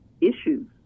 issues